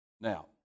Now